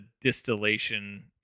distillation